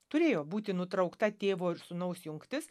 turėjo būti nutraukta tėvo ir sūnaus jungtis